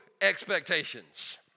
expectations